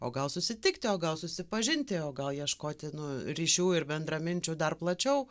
o gal susitikti o gal susipažinti o gal ieškoti nu ryšių ir bendraminčių dar plačiau